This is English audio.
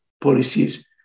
policies